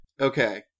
Okay